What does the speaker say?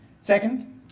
Second